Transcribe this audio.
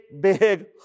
big